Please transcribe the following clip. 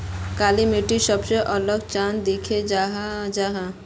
काली मिट्टी सबसे अलग चाँ दिखा जाहा जाहा?